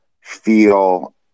feel